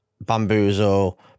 Bamboozle